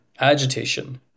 agitation